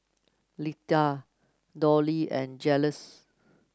Letta Dollie and Julius